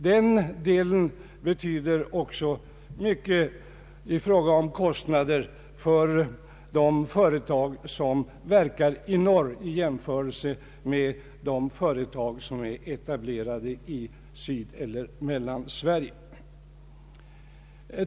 Den delen betyder mycket i fråga om kostnader för de företag som verkar i norr i jämförelse med de företag som är etablerade i Sydeller Mellansverige.